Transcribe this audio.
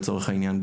לצורך העניין,